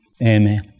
Amen